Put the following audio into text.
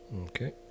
Okay